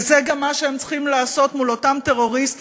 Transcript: וזה גם מה שהם צריכים לעשות מול אותם טרוריסטים